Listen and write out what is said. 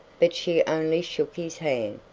but she only shook his hand,